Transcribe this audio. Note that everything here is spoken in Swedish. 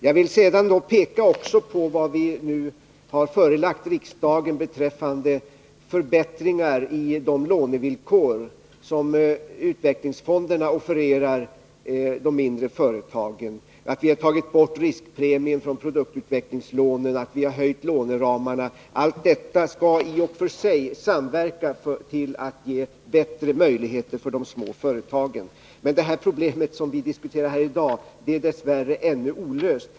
Jag vill också peka på de förslag som vi nu har förelagt riksdagen och som avser förbättringar i de lånevillkor utvecklingsfonderna offererar de mindre företagen. Vi har i det sammanhanget föreslagit borttagandet av riskpremien från produktutvecklingslånen och höjning av låneramarna. Allt detta skall medverka till att ge bättre möjligheter för de små företagen. Det problem som vi diskuterar här i dag är dess värre ännu olöst.